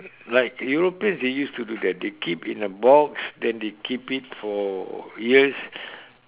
like Europeans they used to do that they keep in a box then they keep it for years